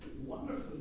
wonderful